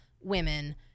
women